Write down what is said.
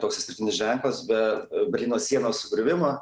toks išskirtinis ženklas bet berlyno sienos sugriuvimo